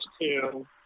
two